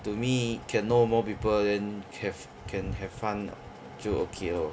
to me can know more people then have can have fun 就 okay lor